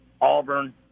Auburn